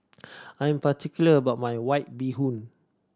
I'm particular about my White Bee Hoon